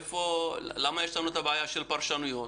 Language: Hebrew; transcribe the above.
למה יש לנו בעיה של פרשנויות?